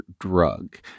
drug